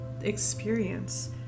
experience